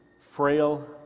frail